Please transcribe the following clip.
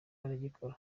aragikora